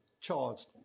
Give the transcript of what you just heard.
charged